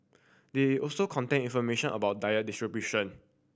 they also contain information about diet distribution